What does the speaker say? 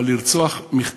אבל לרצוח?